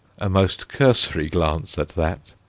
a most cursory glance at that!